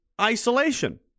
Isolation